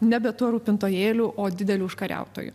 nebe tuo rūpintojėliu o dideliu užkariautoju